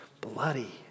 bloody